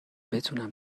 بتونم